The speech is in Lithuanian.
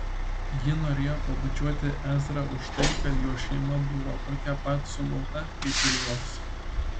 ji norėjo pabučiuoti ezrą už tai kad jo šeima buvo tokia pat sumauta kaip ir jos